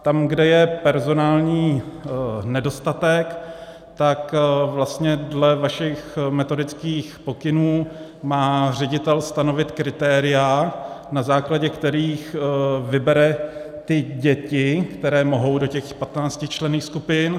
Tam, kde je personální nedostatek, tak vlastně dle vašich metodických pokynů má ředitel stanovit kritéria, na základě kterých vybere děti, které mohou do těch 15členných skupin.